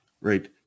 right